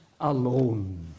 alone